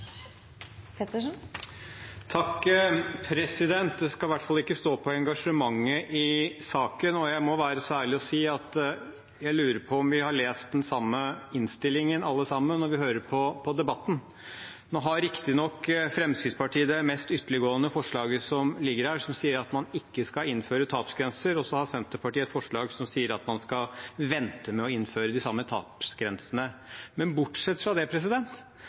Det skal i hvert fall ikke stå på engasjementet i saken, og jeg må være så ærlig og si at jeg lurer på om vi har lest den samme innstillingen alle sammen når vi hører på debatten. Nå har riktignok Fremskrittspartiet det mest ytterliggående forslaget som ligger der, som sier at man ikke skal innføre tapsgrenser, og så har Senterpartiet et forslag som sier at man skal vente med å innføre de samme tapsgrensene. Men bortsett fra det